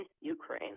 Ukraine